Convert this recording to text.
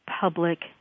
public